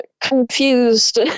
confused